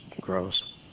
gross